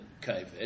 COVID